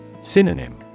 Synonym